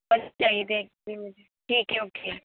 وہی چاہیے تھی ایک کلو مجھے ٹھیک ہے اوکے